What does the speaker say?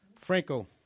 Franco